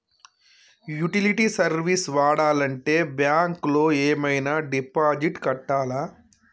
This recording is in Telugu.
యుటిలిటీ సర్వీస్ వాడాలంటే బ్యాంక్ లో ఏమైనా డిపాజిట్ కట్టాలా?